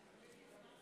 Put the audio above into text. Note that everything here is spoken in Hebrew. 30,